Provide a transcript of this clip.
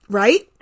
right